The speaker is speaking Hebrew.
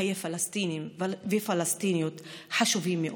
חיי פלסטינים ופלסטיניות חשובים מאוד.